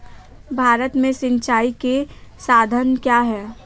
भारत में सिंचाई के साधन क्या है?